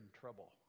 trouble